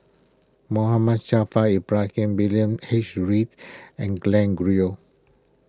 Muhammad Ibrahim William H Read and Glen